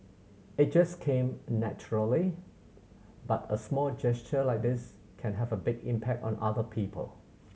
it just came naturally but a small gesture like this can have a big impact on other people